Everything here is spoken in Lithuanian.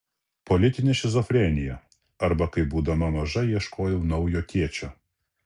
politinė šizofrenija arba kaip būdama maža ieškojau naujo tėčio